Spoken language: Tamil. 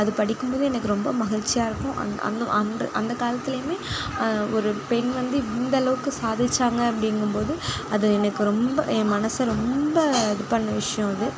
அது படிக்கும் போது எனக்கு ரொம்ப மகிழ்ச்சியாக இருக்கும் அந்த அந்த அந்த காலத்திலேயுமே ஒரு பெண் வந்து இந்தளவுக்கு சாதிச்சாங்க அப்படிங்கும்போது அது எனக்கு ரொம்ப என் மனதை ரொம்ப இது பண்ண விஷயம் அது